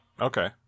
Okay